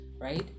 right